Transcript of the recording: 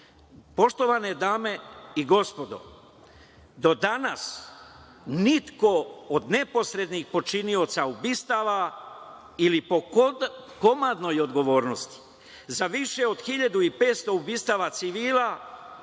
kažnjen. Poštovane dame i gospodo, do danas niko od neposrednih počinioca ubistava ili po komandnoj odgovornosti za više od 1.500 ubistava civila,